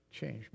Change